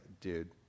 dude